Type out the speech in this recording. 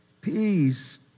Peace